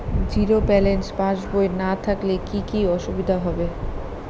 Zero balance পাসবই না থাকলে কি কী অসুবিধা হবে?